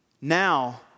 Now